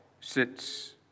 sits